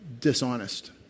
dishonest